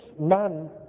man